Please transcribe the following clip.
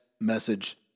message